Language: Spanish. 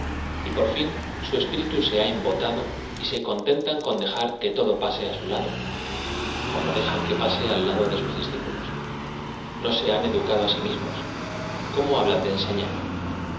y por fin su espirita se ha embotado y ae contentan coa dejar que todo pase á su lado como dejan que pase al lado de sus dibcipulos no se han educado á ai mis mos cómo hablan de ensefiar